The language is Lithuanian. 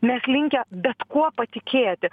mes linkę bet kuo patikėti